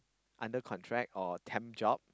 under contract or temp job